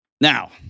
Now